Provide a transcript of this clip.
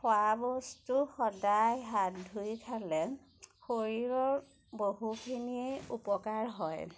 খোৱাবস্তু সদায় হাত ধুই খালে শৰীৰৰ বহুখিনিয়েই উপকাৰ হয়